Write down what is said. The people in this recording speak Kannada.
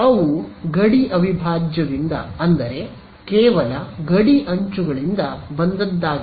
ಅವು ಗಡಿ ಅವಿಭಾಜ್ಯದಿಂದ ಅಂದರೆ ಕೇವಲ ಗಡಿ ಅಂಚುಗಳಿಂದ ಬಂದದ್ದಾಗಿವೆ